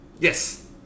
yes